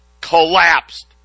collapsed